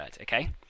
Okay